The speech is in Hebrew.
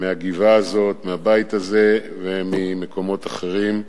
מהגבעה הזאת, מהבית הזה וממקומות אחרים.